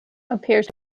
appears